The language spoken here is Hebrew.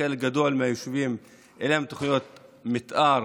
לחלק גדול מהיישובים אין תוכניות מתאר